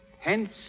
Hence